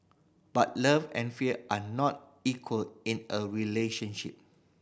but love and fear are not equal in a relationship